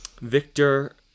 Victor